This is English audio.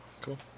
Cool